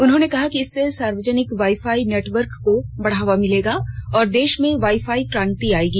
उन्होंने कहा कि इससे सार्वजनिक वाई फाई नेटवर्क को बढ़ावा मिलेगा और देश में वाई फाई क्रांति आएगी